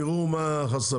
תראו מה החסמים,